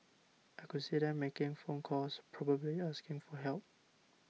I could see them making phone calls probably asking for help